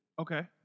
Okay